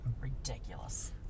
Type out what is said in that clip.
Ridiculous